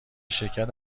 شرکت